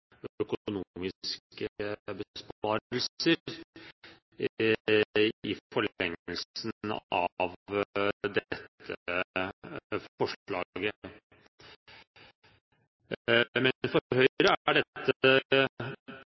av dette forslaget. Men for Høyre er